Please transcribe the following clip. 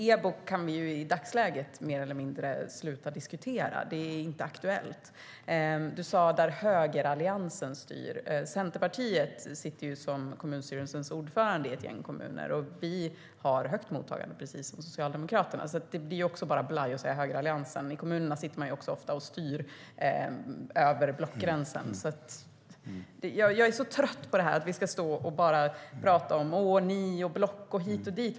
EBO kan vi i dagsläget mer eller mindre sluta diskutera - det är inte aktuellt. Du sa "där högeralliansen styr". Centerpartiet har posten som kommunstyrelsens ordförande i ett antal kommuner. Vi har ett högt mottagande, precis som Socialdemokraterna. Det blir bara blaj att tala om högeralliansen. I kommunerna styr man också ofta över blockgränsen. Jag är så trött på att vi säger "åh, ni" och pratar om block och annat.